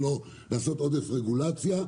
שלא לעשות עודף רגולציה.